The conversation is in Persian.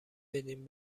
بدین